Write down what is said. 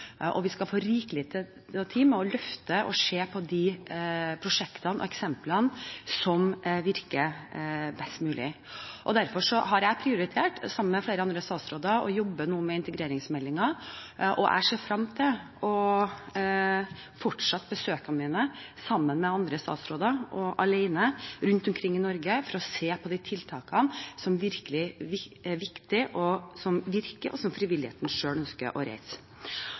mulig. Vi skal få rikelig med tid til å løfte og se på de prosjektene og eksemplene som virker best mulig. Derfor har jeg, sammen med flere andre statsråder, prioritert å jobbe med integreringsmeldingen. Jeg ser frem til å fortsette besøkene mine rundt omkring i Norge – sammen med andre statsråder og alene – for å se på de tiltakene som virkelig er viktige, som virker, og som frivilligheten selv ønsker å reise.